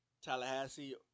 Tallahassee